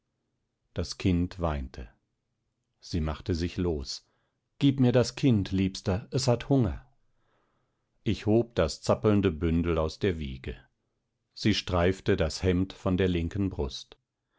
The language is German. das kind weinte sie machte sich los gib mir das kind liebster es hat hunger ich hob das zappelnde bündel aus der wiege sie streifte das hemd von der linken brust